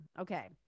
Okay